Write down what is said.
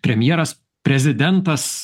premjeras prezidentas